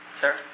Sir